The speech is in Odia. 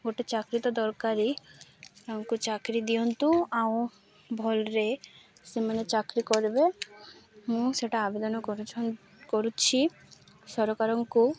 ଗୋଟେ ଚାକି ତ ଦରକାରୀ ଆଙ୍କୁ ଚାକିରି ଦିଅନ୍ତୁ ଆଉ ଭଲରେ ସେମାନେ ଚାକିରି କରିବେ ମୁଁ ସେଇଟା ଆବେଦନ କରୁଛି ସରକାରଙ୍କୁ